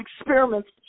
experiments